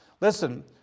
Listen